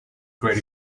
great